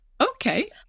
okay